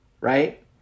right